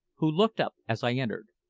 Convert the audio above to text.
who looked up as i entered,